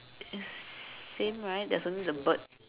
is same right there's only the bird